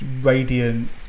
radiant